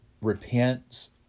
repents